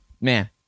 man